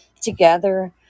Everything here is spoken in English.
together